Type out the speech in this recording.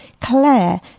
Claire